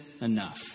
enough